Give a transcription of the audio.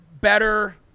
better